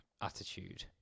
attitude